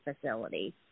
facility